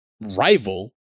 rival